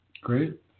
Great